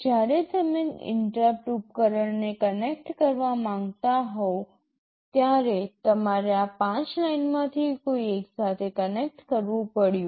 જ્યારે તમે ઇન્ટરપ્ટ ઉપકરણને કનેક્ટ કરવા માંગતા હોવ ત્યારે તમારે આ પાંચ લાઇનમાંથી કોઈ એક સાથે કનેક્ટ કરવું પડ્યું